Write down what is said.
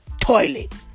toilet